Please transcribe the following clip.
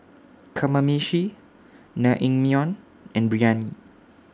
Kamameshi Naengmyeon and Biryani